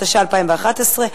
התשע"א 2011,